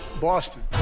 Boston